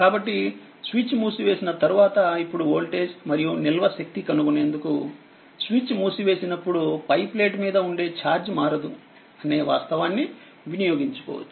కాబట్టి స్విచ్ మూసివేసిన తరువాత ఇప్పుడు వోల్టేజ్ మరియు నిల్వశక్తి కనుగొనేందుకు స్విచ్ మూసివేసినప్పుడు పై ప్లేట్ మీద ఉండే ఛార్జ్ మారదు అనే వాస్తవాన్ని వినియోగించుకోవచ్చు